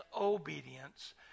obedience